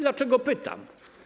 Dlaczego pytam?